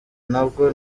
ntabwo